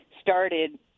started